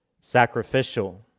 sacrificial